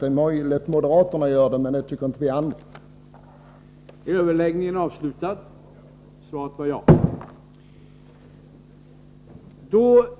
Det är möjligt att moderaterna tycker så, men vi andra gör det inte.